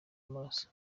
amaraso